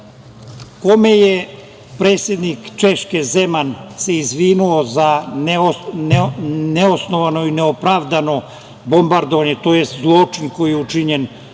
se predsednik Češke Zeman izvinio za neosnovano i neopravdano bombardovanje, tj. zločin koji je učinjen